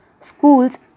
schools